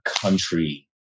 country